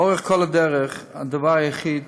לאורך כל הדרך הדבר היחיד